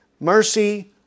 mercy